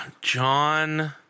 John